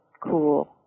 cool